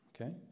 Okay